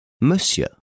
Monsieur